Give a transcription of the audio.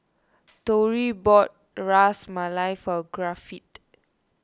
Tory bought Ras Malai for Griffith